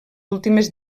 últimes